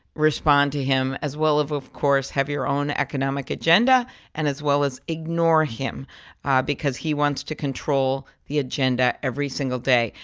respond to him as well as, of course, have your own economic agenda and as well as ignore him because he wants to control the agenda every single day.